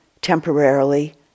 temporarily